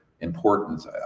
importance